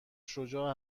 شجاع